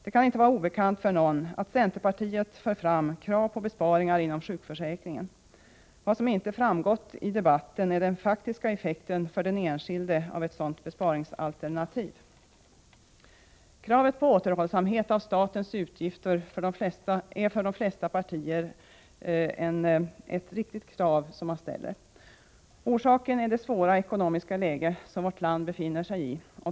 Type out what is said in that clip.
Det kan inte vara obekant för någon att centerpartiet för fram krav på besparingar inom sjukförsäkringen. Vad som inte framgått i debatten är den faktiska effekten för den enskilde av vårt besparingsalternativ. Kravet på återhållsamhet i statens utgifter är för de flesta partier ett viktigt krav som man vill ställa. Orsaken är det svåra ekonomiska läge som vårt land befinner sig i.